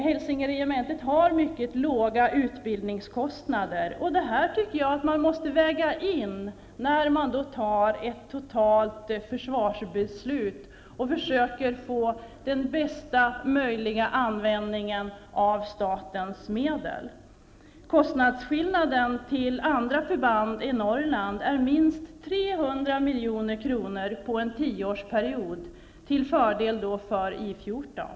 Hälsingeregementet har mycket låga utbildningskostnader, och det tycker jag att man måste väga in när man fattar ett totalt försvarsbeslut och försöker få till stånd bästa möjliga användning av statens medel. Skillnaden i kostnader mellan Hälsingeregementet och andra förband i Norrland är minst 300 milj.kr. på en tioårsperiod -- till fördel för I 14.